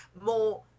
more